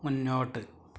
മുന്നോട്ട്